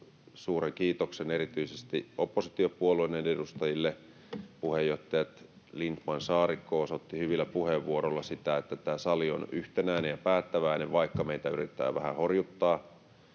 suuren kiitoksen erityisesti oppositiopuolueiden edustajille. Puheenjohtajat Lindtman ja Saarikko osoittivat hyvillä puheenvuoroilla, että tämä sali on yhtenäinen ja päättäväinen, vaikka meitä yritetään vähän horjuttaa.